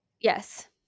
Yes